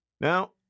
Now